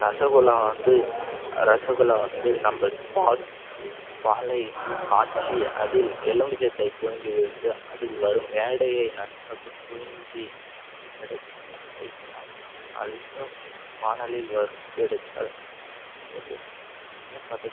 ரசகுல்லா வந்து ரசகுல்லா வந்து நம்ப பால் பாலை காய்ச்சி அதில் எலும்பிச்சத்தை பிழிஞ்சிவிட்டு அதில் வரும் ஆடயை நன்றாக பிழிஞ்சி எடுத்து அதை நன்றாக நல்லா வாணலியில் வறுத்து எடுத்து அது பதத்